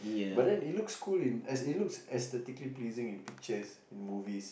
but then it looks cool in as it looks aesthetically pleasing in pictures in movies